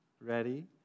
Ready